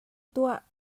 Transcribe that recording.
tuah